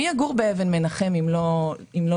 מי יגור באבן מנחם אם לא לולנים?